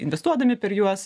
investuodami per juos